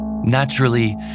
Naturally